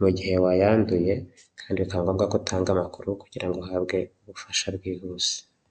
mu gihe wayanduye kandi bikaba ngombwa ko utanga amakuru kugirango uhabwe ubufasha bwihuse.